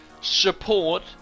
support